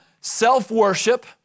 self-worship